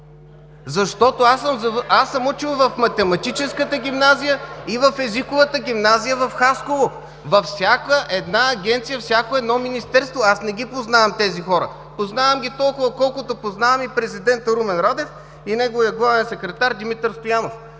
защото съм учил в математическата гимназия и в езиковата гимназия в Хасково, във всяка една агенция, във всяко едно министерство. Не ги познавам тези хора, познавам ги толкова, колкото познавам и президента Румен Радев, и неговия главен секретар Димитър Стоянов.